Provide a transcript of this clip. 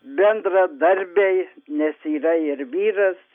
bendradarbiai nes yra ir vyras